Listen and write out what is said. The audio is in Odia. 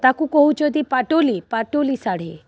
ତାକୁ କହୁଛନ୍ତି ପାଟୁଲି ପାଟୁଲି ଶାଢ଼ୀ